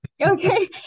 Okay